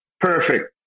Perfect